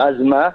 ואז מה?